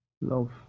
love